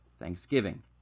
thanksgiving